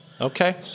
Okay